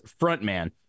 frontman